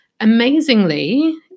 amazingly